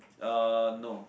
uh no